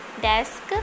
desk